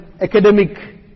academic